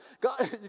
God